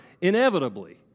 inevitably